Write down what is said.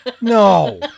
No